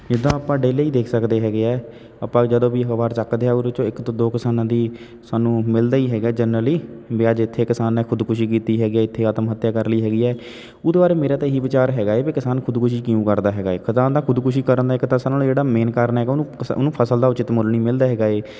ਇਹ ਤਾਂ ਆਪਾਂ ਡੇਲੀ ਦੇਖ ਸਕਦੇ ਹੈਗੇ ਹੈ ਆਪਾਂ ਜਦੋਂ ਵੀ ਅਖਬਾਰ ਚੱਕਦੇ ਹਾਂ ਉਹਦੇ 'ਚੋਂ ਇੱਕ ਤੋਂ ਦੋ ਕਿਸਾਨਾਂ ਦੀ ਸਾਨੂੰ ਮਿਲਦਾ ਹੀ ਹੈਗਾ ਜਨਰਲੀ ਵੀ ਅੱਜ ਇੱਥੇ ਕਿਸਾਨ ਨੇ ਖੁਦਕੁਸ਼ੀ ਕੀਤੀ ਹੈਗੀ ਇੱਥੇ ਆਤਮ ਹੱਤਿਆ ਕਰ ਲਈ ਹੈਗੀ ਹੈ ਉਹਦੇ ਬਾਰੇ ਮੇਰਾ ਤਾਂ ਇਹੀ ਵਿਚਾਰ ਹੈਗਾ ਹੈ ਵੀ ਕਿਸਾਨ ਖੁਦਕੁਸ਼ੀ ਕਿਉਂ ਕਰਦਾ ਹੈਗਾ ਹੈ ਕਿਸਾਨ ਦਾ ਖੁਦਕੁਸ਼ੀ ਕਰਨ ਦਾ ਇੱਕ ਤਾਂ ਸਾਰਿਆਂ ਨਾਲੋਂ ਜਿਹੜਾ ਮੇਨ ਕਾਰਨ ਹੈਗਾ ਉਹਨੂੰ ਕਸ ਉਹਨੂੰ ਫਸਲ ਦਾ ਉੱਚਿਤ ਮੁੱਲ ਨਹੀਂ ਮਿਲਦਾ ਹੈਗਾ ਹੈ